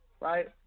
right